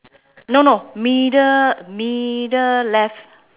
no no middle middle left